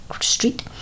street